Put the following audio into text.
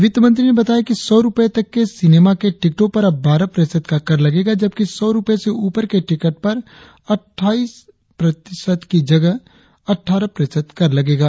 वित्तमंत्री ने बताया कि सौ रुपये तक के सिनेमा के टिकट पर अब बारह प्रतिशत का कर लगेगा जबकि सौ रुपये से उपर के टिकट पर अटठाईस प्रतिशत की बजाय अटठारह प्रतिशत कर लगेगा